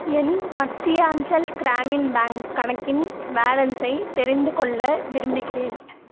என் Madhyanchal Gramin bank கணக்கின் பேலன்ஸை தெரிந்துக்கொள்ள விரும்புகிறேன்